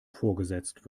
vorgesetzt